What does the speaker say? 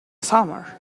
summer